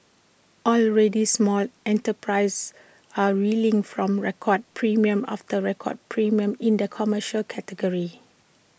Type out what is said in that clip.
already small enterprises are reeling from record premium after record premium in the commercial category